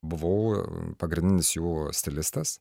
buvau pagrindinis jų stilistas